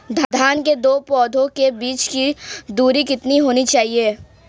धान के दो पौधों के बीच की दूरी कितनी होनी चाहिए?